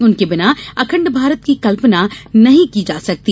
उनके बिना अखंड भारत की कल्पना नहीं की जा सकती